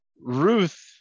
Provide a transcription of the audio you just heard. ruth